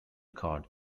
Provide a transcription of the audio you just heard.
cord